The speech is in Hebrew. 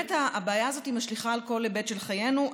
הבעיה הזאת משליכה על כל היבט של חיינו.